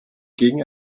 gegen